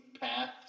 path